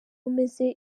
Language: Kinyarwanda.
umeze